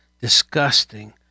disgusting